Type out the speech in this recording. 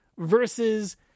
Versus